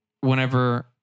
whenever